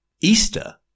Easter